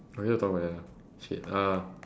I need to talk like that ah shit uh